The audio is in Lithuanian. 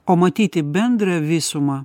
o matyti bendrą visumą